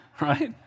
right